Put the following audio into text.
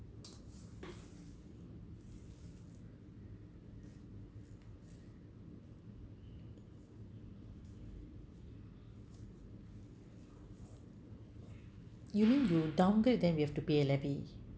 you mean you downgrade then you have to pay a levy